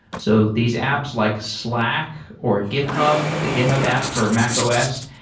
so these apps like slack, or github, the github app for mac os,